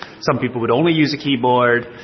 some people would only use a keyboard,